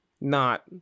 not-